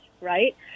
right